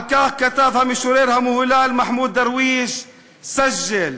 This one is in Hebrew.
על כך כתב המשורר המהולל מחמוד דרוויש: סג'ל,